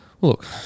Look